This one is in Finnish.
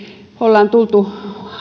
ollaan